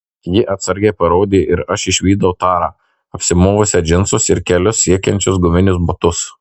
ji atsargiai parodė ir aš išvydau tarą apsimovusią džinsus ir kelius siekiančius guminius botus